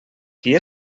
qui